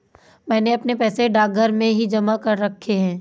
मैंने अपने पैसे डाकघर में ही जमा करा रखे हैं